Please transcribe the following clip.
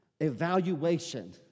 evaluation